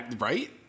right